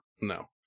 No